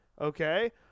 Okay